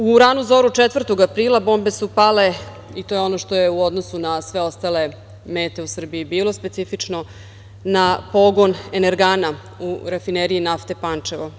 U ranu zoru 4. aprila bombe su pale i to je ono što je u odnosu na sve ostale mete u Srbiji bilo specifično na pogon „Energana“ u Rafineriji nafte Pančevo.